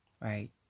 Right